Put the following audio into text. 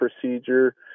procedure